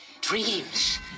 dreams